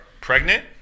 pregnant